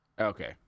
Okay